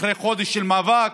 אחרי חודש של מאבק,